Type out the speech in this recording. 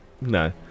No